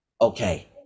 okay